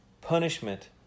punishment